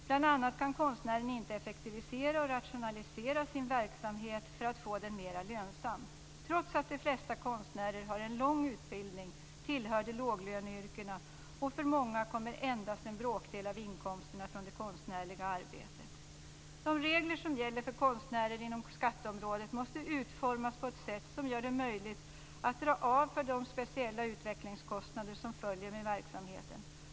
Konstnären kan bl.a. inte effektivisera och rationalisera sin verksamhet för att få den mera lönsam. Trots att de flesta konstnärer har en lång utbildning tillhör de låglöneyrkena, och för många kommer endast en bråkdel av inkomsterna från det konstnärliga arbetet. De regler som gäller för konstnärer inom skatteområdet måste utformas på ett sätt som gör det möjligt att dra av för de speciella utvecklingskostnader som följer med verksamheten.